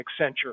Accenture